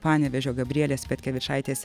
panevėžio gabrielės petkevičaitės